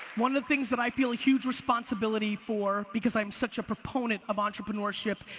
one of the things that i feel a huge responsibility for, because i'm such a proponent of entrepreneurship,